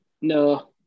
No